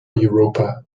europa